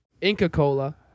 Inca-Cola